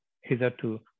hitherto